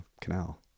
canal